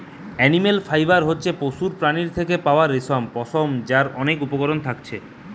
animal fibre হতিছে পশুর প্রাণীর থেকে পাওয়া রেশম, পশম যার অনেক উপকরণ থাকতিছে